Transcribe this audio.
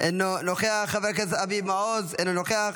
אינו נוכח, חבר הכנסת אבי מעוז, אינו נוכח,